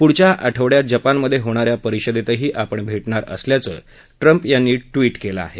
पुढच्या आठवङ्यात जपानमधे होणा या परिषदेतही आपण भेटणार असल्याचं ट्रम्प यांनी ट्विट केलं आहे